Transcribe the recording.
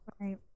right